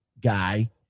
guy